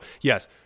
yes